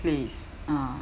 please ah